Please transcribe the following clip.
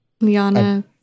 Liana